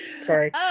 sorry